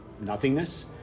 nothingness